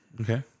Okay